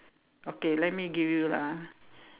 okay let me give you lah